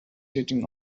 heating